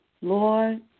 Lord